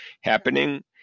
happening